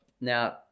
Now